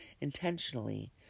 intentionally